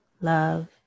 love